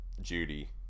Judy